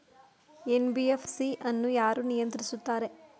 NBFC ಅನ್ನು ಯಾರು ನಿಯಂತ್ರಿಸುತ್ತಾರೆ?